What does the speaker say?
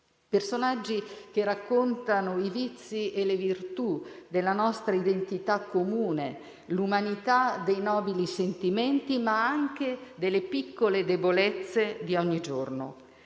personaggi che raccontano i vizi e le virtù della nostra identità comune, l'umanità dei nobili sentimenti ma anche delle piccole debolezze di ogni giorno.